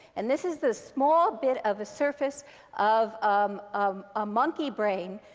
and this is the small bit of a surface of um of a monkey brain.